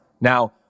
Now